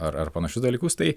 ar ar panašius dalykus tai